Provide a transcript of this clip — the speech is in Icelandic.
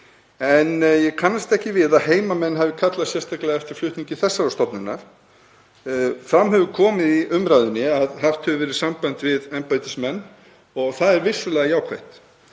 en ég kannast ekki við að heimamenn hafi kallað sérstaklega eftir flutningi þessarar stofnunar. Fram hefur komið í umræðunni að haft hefur verið samband við embættismenn og það er vissulega jákvætt